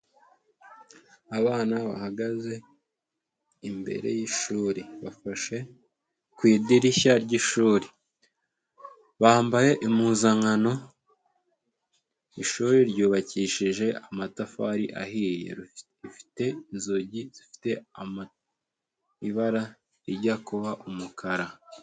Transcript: Abana bahagaze imbere y'ishuri bafashe ku idirishya ry'ishuri bambaye impuzankano, ishuri ryubakishije amatafari ahiye, rifite inzugi zifite ama ibara rijya kuba umukara.